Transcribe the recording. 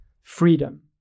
freedom